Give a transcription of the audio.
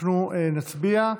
אנחנו נצביע.